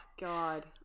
God